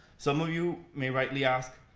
some of you may rightly ask,